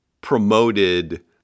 promoted